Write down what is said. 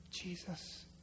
Jesus